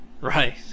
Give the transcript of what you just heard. Right